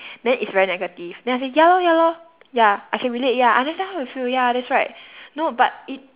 then it's very negative then I say ya lor ya lor ya I can relate ya I understand how you feel ya that's right no but it